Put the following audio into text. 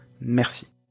Merci